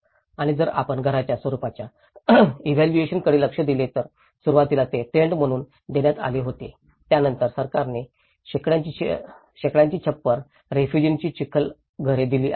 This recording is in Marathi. आणि जर आपण घरांच्या स्वरूपाच्या इव्हॅल्युएशन कडे लक्ष दिले तर सुरुवातीला ते टेन्ट म्हणून देण्यात आले होते त्यानंतर सरकारने शेकड्यांची छप्पर रेफुजिर्सांची चिखल घरे दिली आहेत